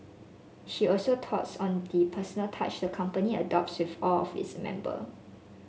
she also touts on the personal touch the company adopts with all its member